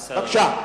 בבקשה.